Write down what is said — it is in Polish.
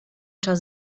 czas